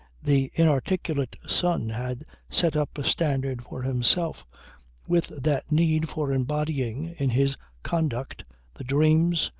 the inarticulate son had set up a standard for himself with that need for embodying in his conduct the dreams,